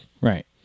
Right